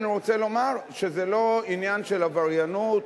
אני רוצה לומר שזה לא עניין של עבריינות,